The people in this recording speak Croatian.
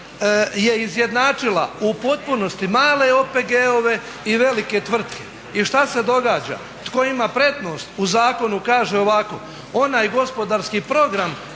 je izjednačila u potpunosti male OPG-ove i velike tvrtke. I šta se događa? Tko ima prednost? U zakonu kaže ovako. Onaj gospodarski program